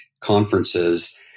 conferences